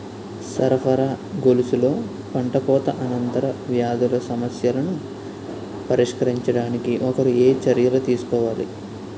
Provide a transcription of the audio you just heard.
సరఫరా గొలుసులో పంటకోత అనంతర వ్యాధుల సమస్యలను పరిష్కరించడానికి ఒకరు ఏ చర్యలు తీసుకోవాలి?